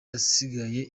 asigaje